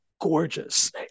gorgeous